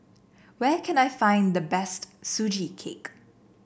where can I find the best Sugee Cake